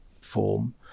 form